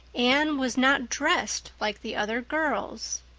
anne was not dressed like the other girls!